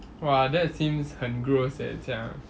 !wah! that seems 很 gross leh 这样